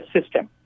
system